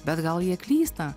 bet gal jie klysta